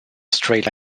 straight